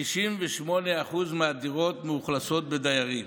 כ-98% מהדירות מאוכלסות בדיירים.